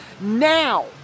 now